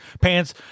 Pants